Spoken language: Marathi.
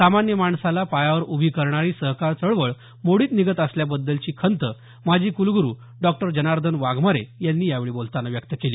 सामान्य माणसाला पायावर उभी करणारी सहकार चळवळ मोडीत निघत असल्याबद्दलची खंत माजी कुलग्रू डॉक्टर जर्नादन वाघमारे यांनी यावेळी बोलतांना व्यक्त केली